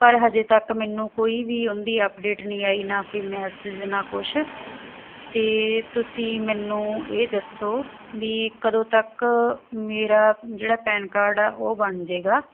ਪਰ ਹਜੇ ਤੱਕ ਮੈਨੂੰ ਕੋਈ ਵੀ ਉਹਦੀ ਅਪਡੇਟ ਨਹੀਂ ਆਈ ਨਾ ਕੋਈ ਮੈਸੇਜ ਨਾ ਕੁਛ ਤੇ ਤੁਸੀਂ ਮੈਨੂੰ ਇਹ ਦੱਸੋ ਵੀ ਕਦੋਂ ਤੱਕ ਮੇਰਾ ਜਿਹੜਾ ਪੈਨ ਕਾਰਡ ਆ ਉਹ ਬਣ ਜਾਏਗਾ